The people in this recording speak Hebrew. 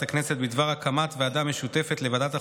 הכנסת בדבר הקמת ועדה משותפת לוועדת החוקה,